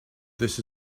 this